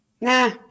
Nah